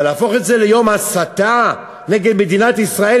אבל להפוך את זה ליום הסתה נגד מדינת ישראל,